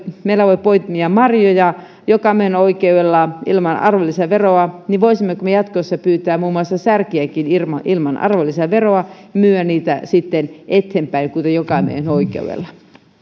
meillä voi poimia marjoja jokamiehenoikeudella ilman arvonlisäveroa niin voisimmeko me jatkossa pyytää muun muassa särkiäkin ilman arvonlisäveroa ja myydä niitä sitten eteenpäin kuten jokamiehenoikeudella